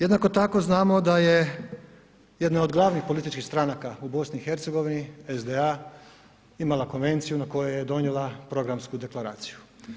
Jednako tako znamo da je jedna od glavnih političkih stranaka u BiH, SDA imala konvenciju na kojoj je donijela programsku deklaraciju.